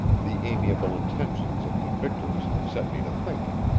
the amiable intentions of the victors set me to thinking.